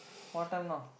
what time now